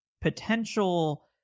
potential